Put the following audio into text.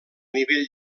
nivell